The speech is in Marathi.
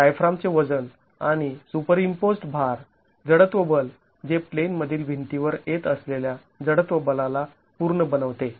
डायफ्रामचे वजन आणि सुपरईम्पोज्ड् भार जडत्त्व बल जे प्लेनमधील भिंतीवर येत असलेल्या जडत्त्व बलाला पूर्ण बनवते